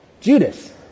Judas